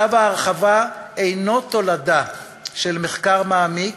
צו ההרחבה אינו תולדה של מחקר מעמיק